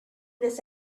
this